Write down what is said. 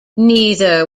neither